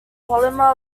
polymer